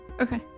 Okay